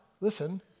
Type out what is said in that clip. listen